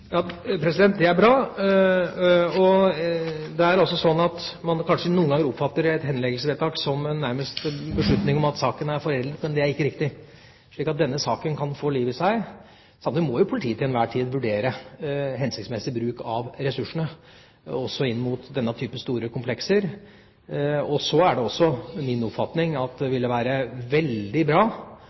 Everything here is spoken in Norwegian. Det er bra. Det er slik at man noen ganger kanskje oppfatter et henleggelsesvedtak nærmest som at saken er foreldet, men det er ikke riktig. Denne saken kan få liv i seg. Samtidig må politiet til enhver tid vurdere hensiktsmessig bruk av ressursene også inn mot denne type komplekse saker. Så er det også min oppfatning at det ville være veldig bra